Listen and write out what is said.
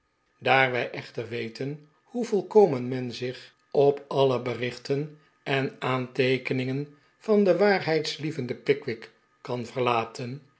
wij echter weten hoe volkomen men zich op alle berichten en aanteekeningen van den waarheidslievenden pickwick kan verlaten